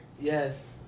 yes